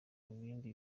bindi